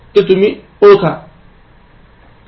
लातूरमधील भूकंप हा ८